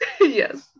yes